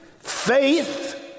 Faith